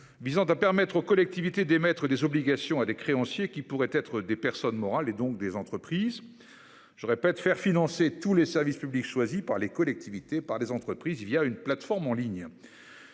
s'agit de permettre aux collectivités d'émettre des obligations à des créanciers qui pourraient être des personnes morales, donc des entreprises. Cela revient à faire financer tous les services publics choisis par les collectivités par les entreprises une plateforme en ligne.